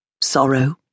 sorrow